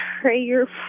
prayer